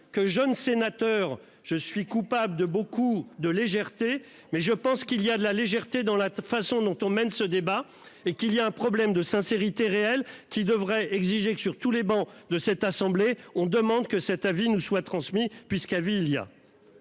que jeune sénateur je suis coupable de beaucoup de légèreté, mais je pense qu'il y a de la légèreté dans la façon dont on mène ce débat et qu'il y a un problème de sincérité réelle qui devrait exiger que sur tous les bancs de cette assemblée. On demande que cet avis ne soient transmis puisqu'il y a.